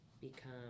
become